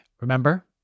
Remember